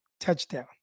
TOUCHDOWN